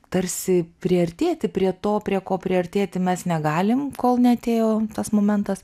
tarsi priartėti prie to prie ko priartėti mes negalim kol neatėjo tas momentas